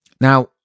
Now